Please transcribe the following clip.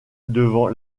devant